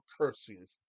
curses